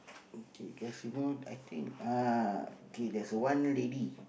okay guess you know I think ah okay there's one lady